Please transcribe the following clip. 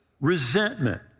resentment